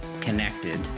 connected